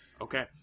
okay